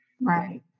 Right